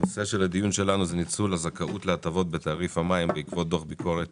בנושא ניצול הזכאות להטבות בתעריף המים בעקבות דוח ביקורת